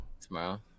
Tomorrow